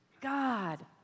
God